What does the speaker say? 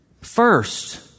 First